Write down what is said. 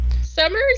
Summers